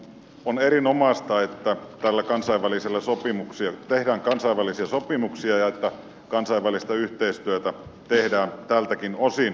on erinomaista että tehdään kansainvälisiä sopimuksia ja että kansainvälistä yhteistyötä tehdään tältäkin osin